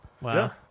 Wow